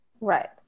right